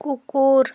কুকুর